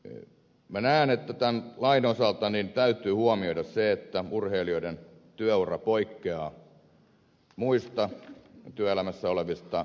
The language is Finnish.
minä näen että tämän lain osalta täytyy huomioida se että urheilijoiden työura poikkeaa muista työelämässä olevista